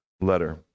letter